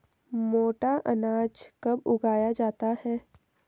मोटा अनाज कब उगाया जाता है?